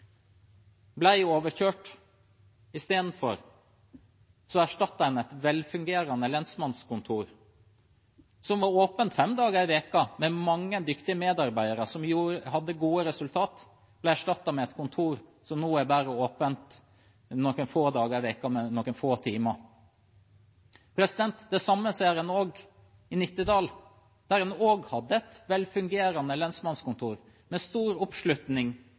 Et velfungerende lensmannskontor, som var åpent fem dager i uka, med mange dyktige medarbeidere som hadde gode resultat, ble erstattet med et kontor som nå er åpent bare noen få dager i uka, noen få timer. Det samme ser man i Nittedal, der man også hadde et velfungerende lensmannskontor med stor oppslutning